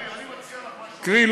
קרי,